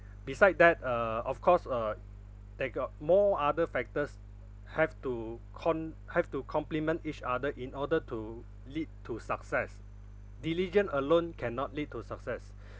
beside that uh of course uh that got more other factors have to con~ have to complement each other in order to lead to success diligent alone cannot lead to success